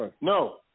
No